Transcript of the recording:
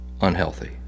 unhealthy